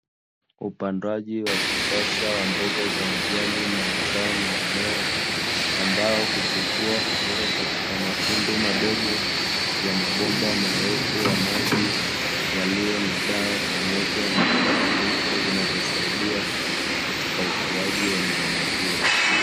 Upandaji wa kisasa wa mboga za majani na mazao mengineyo ambao huchepua kutoka katika matundu madogo ya mabomba marefu ya maji yaliyo na dawa pamoja na virutubisho vinavyosaidia katika ukuaji wa mimea hiyo.